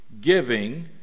giving